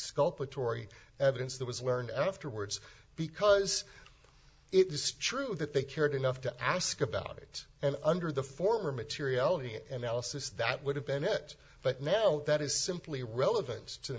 exculpatory evidence that was learned afterwards because it's true that they cared enough to ask about it and under the former materiality analysis that would have been it but now that is simply relevance to the